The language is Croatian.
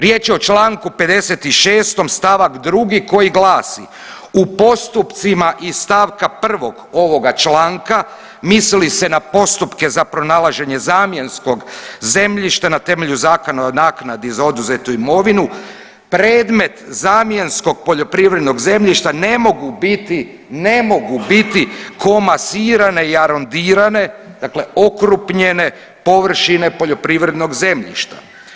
Riječ je o Članku 56. stavak 2. koji glasi, u postupcima iz stavka 1. ovoga članka, misli se na postupke za pronalaženje zamjenskog zemljišta na temelju Zakona o naknadi za oduzetu imovinu, predmet zamjenskog poljoprivrednog zemljišta ne mogu biti, ne mogu biti komasirane i arondirane dakle okrupnjene površine poljoprivrednoga zemljišta.